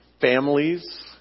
families